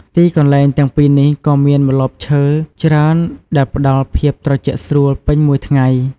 ទីកន្លែងទាំងពីរនេះក៏មានម្លប់ឈើច្រើនដែលផ្តល់ភាពត្រជាក់ស្រួលពេញមួយថ្ងៃ។